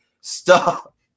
Stop